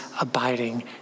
abiding